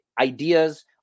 ideas